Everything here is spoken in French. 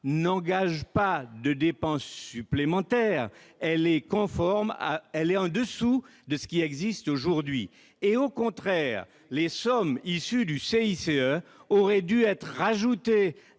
n'engage pas de dépenses supplémentaires. Oui ! Cette mesure est même en dessous de ce qui existe aujourd'hui. Au contraire, les sommes issues du CICE auraient dû être ajoutées